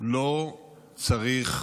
לא צריך